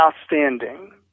outstanding